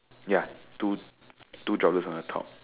ya two two droplets on the top